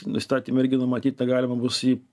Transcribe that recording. įstatyme irgi numatyta galima bus jį